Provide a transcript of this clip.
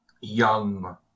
young